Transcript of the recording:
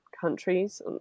countries